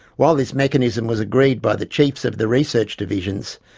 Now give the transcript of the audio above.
while this mechanism was agreed by the chiefs of the research divisions,